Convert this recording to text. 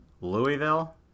Louisville